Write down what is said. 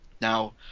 Now